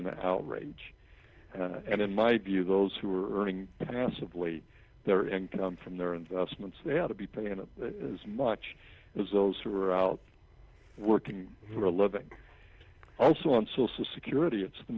an outrage and in my view those who are earning passively their income from their investments they ought to be paying as much as those who are out working for a living also on social security it's the